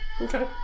Okay